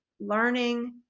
learning